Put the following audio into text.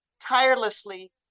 tirelessly